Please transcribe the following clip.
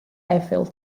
eiffel